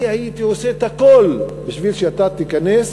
אני הייתי עושה את הכול בשביל שאתה תיכנס